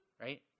Right